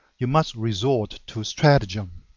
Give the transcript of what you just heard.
you must resort to stratagem.